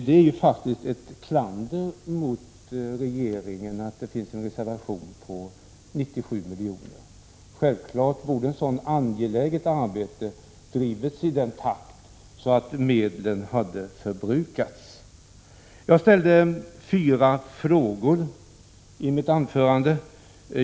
Då är det faktiskt ett klander mot regeringen att det på denna punkt finns en reservation på 97 milj.kr. Självfallet borde ett så angeläget arbete ha drivits i sådan takt att medlen = Prot. 1986/87:65 hade förbrukats. 5 februari 1987 Jag ställde fyra frågor i mitt anförande.